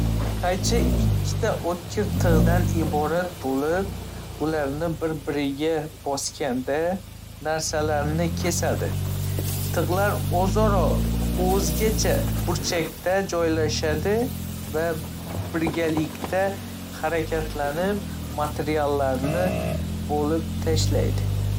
Qaychi ikkita o'tkir tig'dan iborat bo'lib, ularni bir-biriga bosganda narsalarni kesadi. Tig'lar o'zaro o'zgacha burchakda joylashadi va birgalikda harakatlanib, materiallarni bo'lib tashlaydi.